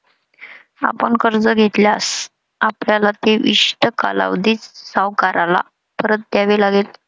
आपण कर्ज घेतल्यास, आपल्याला ते विशिष्ट कालावधीत सावकाराला परत द्यावे लागेल